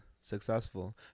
successful